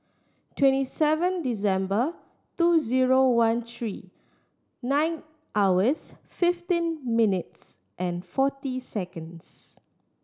twenty seven December two zero one three nine hours fifteen minutes and forty seconds